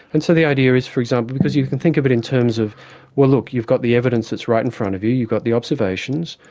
and so the idea is for example, because you can think of it in terms of well look, you've got the evidence that's right in front of you, you've got the observations,